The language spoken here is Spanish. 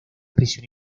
prisión